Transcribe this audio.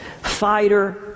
fighter